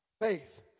faith